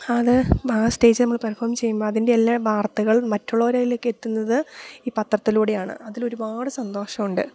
അത് മാ സ്റ്റേജ് നമ്മൾ പെർഫോം ചെയ്യുമ്പോൾ അതിൻ്റെ എല്ലാ വാർത്തകൾ മറ്റുള്ളവരിലേക്ക് എത്തുന്നത് ഈ പത്രത്തിലൂടെയാണ് അതിലൊരുപാട് സന്തോഷം ഉണ്ട്